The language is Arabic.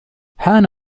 حان